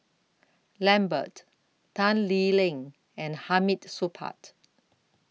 Lambert Tan Lee Leng and Hamid Supaat